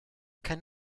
kein